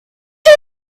too